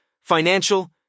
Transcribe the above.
financial